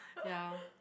ya